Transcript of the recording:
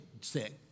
sick